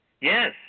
Yes